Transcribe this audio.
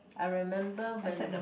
I remember when